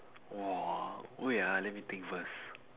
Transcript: !wah! wait ah let me think first